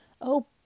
Oh